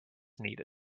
needed